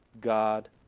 God